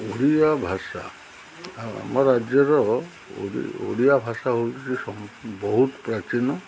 ଓଡ଼ିଆ ଭାଷା ଆମ ରାଜ୍ୟର ଓଡ଼ି ଓଡ଼ିଆ ଭାଷା ହେଉଛି ବହୁତ ପ୍ରାଚୀନ